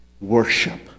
Worship